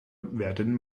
werden